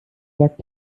sagt